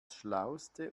schlauste